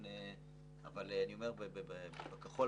שוב,